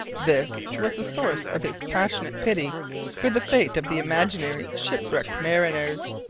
this was the source of his passionate pity for the fate of the imaginary shipwrecked mariners!